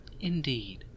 Indeed